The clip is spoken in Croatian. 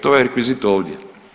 To je rekvizit ovdje.